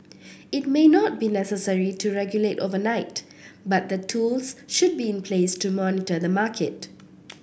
it may not be necessary to regulate overnight but the tools should be in place to monitor the market